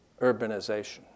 urbanization